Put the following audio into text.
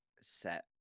set